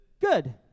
Good